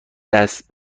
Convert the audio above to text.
دست